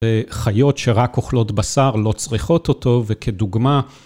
וחיות שרק אוכלות בשר לא צריכות אותו, וכדוגמה...